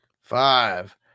Five